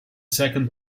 second